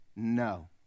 No